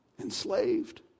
Enslaved